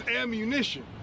ammunition